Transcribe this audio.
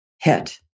hit